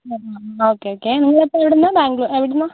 ആ okay okay നിങ്ങളപ്പോൾ എവിടുന്നാണ് ബാംഗ്ലൂ എവിടുന്നാണ്